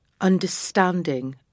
understanding